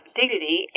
dignity